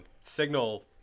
signal